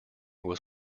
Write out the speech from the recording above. was